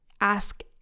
ask